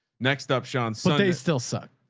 next up, sean sunday, still suck.